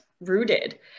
rooted